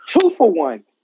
Two-for-one